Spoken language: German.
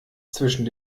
zwischen